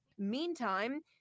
Meantime